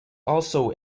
also